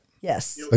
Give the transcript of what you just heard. Yes